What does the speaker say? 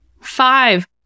Five